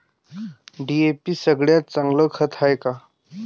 DAP सगळ्यात चांगलं खत हाये का?